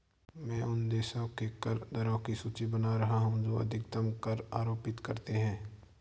मैं उन देशों के कर दरों की सूची बना रहा हूं जो अधिकतम कर आरोपित करते हैं